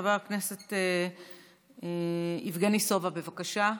חבר הכנסת יבגני סובה, בבקשה,